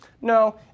No